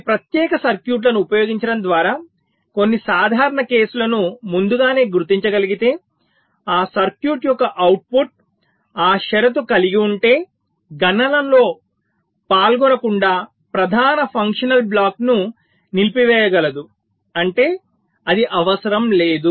కొన్ని ప్రత్యేక సర్క్యూట్లను ఉపయోగించడం ద్వారా కొన్ని సాధారణ కేసులను ముందుగానే గుర్తించగలిగితే ఆ సర్క్యూట్ యొక్క అవుట్పుట్ ఆ షరతు కలిగి ఉంటే గణనలో పాల్గొనకుండా ప్రధాన ఫంక్షనల్ బ్లాక్ను నిలిపివేయగలదు అంటే అది అవసరం లేదు